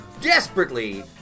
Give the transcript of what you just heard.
desperately